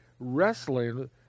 wrestling